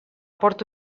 porta